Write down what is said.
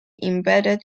embedded